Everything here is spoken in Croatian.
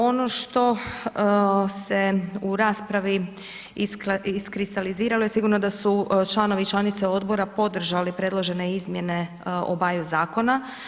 Ono što se u raspravi iskristaliziralo sigurno je da su članice i članovi odbora podržali predložene izmjene obaju zakona.